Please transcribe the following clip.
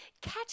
catch